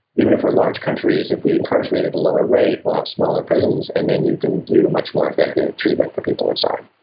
even if we are large countries, if we incarcerate at a lower rate we will have smaller prisons and then you can do much more effective treatment for people inside.